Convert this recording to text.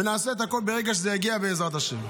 ונעשה את הכול ברגע שזה יגיע, בעזרת השם.